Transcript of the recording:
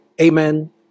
Amen